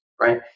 Right